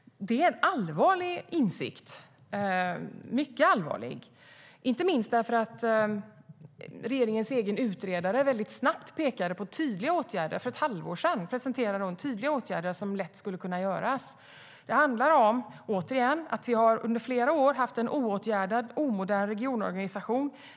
Det är en mycket allvarlig insikt, inte minst för att regeringens egen utredare väldigt snabbt pekade på åtgärder. För ett halvår sedan presenterade hon tydliga åtgärder som lätt skulle kunna vidtas. Det handlar återigen om att vi under flera år har haft en icke åtgärdad och omodern regionorganisation.